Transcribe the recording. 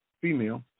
female